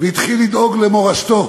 והתחיל לדאוג למורשתו,